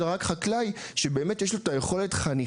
אלא רק חקלאי שבאמת יש לו את היכולת חניכה,